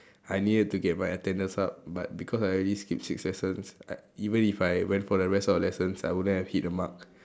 I needed to get my attendance up but because I already skip six lessons I even if I went for the rest of the lessons I wouldn't have hit the mark